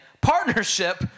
partnership